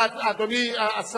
אדוני היושב-ראש,